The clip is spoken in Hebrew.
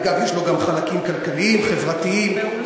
אגב, יש לו גם חלקים כלכליים, חברתיים, מעולה.